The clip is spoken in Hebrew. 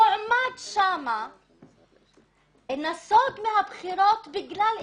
מועמד שם נסוג מהבחירות בגלל איומים.